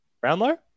Brownlow